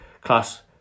class